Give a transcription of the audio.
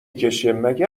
کشهمگه